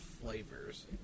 flavors